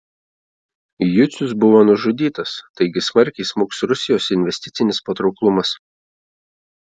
jucius buvo nužudytas taigi smarkiai smuks rusijos investicinis patrauklumas